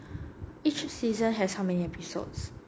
each season has how many episodes